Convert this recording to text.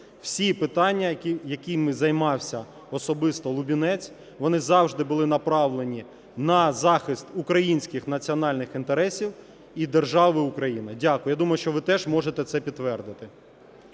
Всі питання, якими займався особисто Лубінець, вони завжди були направлені на захист українських національних інтересів і держави Україна. Дякую. Я думаю, що ви теж можете це підтвердити.